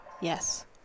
Yes